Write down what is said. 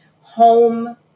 home